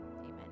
amen